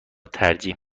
ترجیح